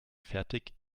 fertig